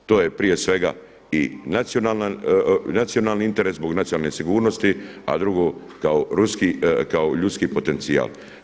To je prije svega i nacionalni interes zbog nacionalne sigurnosti, a drugo kao ljudski potencijal.